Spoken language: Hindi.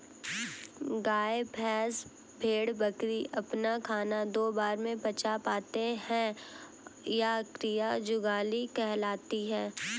गाय, भैंस, भेड़, बकरी अपना खाना दो बार में पचा पाते हैं यह क्रिया जुगाली कहलाती है